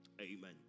Amen